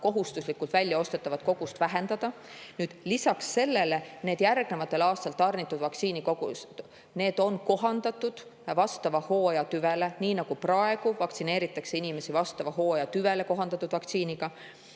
kohustuslikult väljaostetavat kogust vähendada. Lisaks sellele need järgnevatel aastatel tarnitavad vaktsiinikogused on kohandatud vastava hooaja tüvele, nii nagu praegu vaktsineeritakse inimesi vastava hooaja tüvele kohandatud vaktsiiniga.